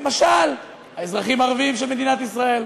למשל האזרחים הערבים של מדינת ישראל,